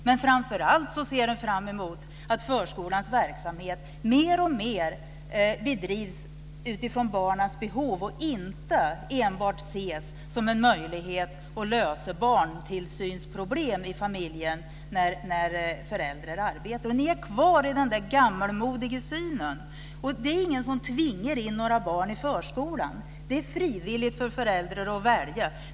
Men framför allt ser man fram emot att förskolans verksamhet mer och mer bedrivs utifrån barnens behov och inte enbart ses som en möjlighet att lösa barntillsynsproblem i familjen när föräldrarna arbetar. Ni är kvar i den där gammalmodiga synen. Det är ingen som tvingar in några barn i förskolan. Det är frivilligt för föräldrar att välja.